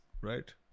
Right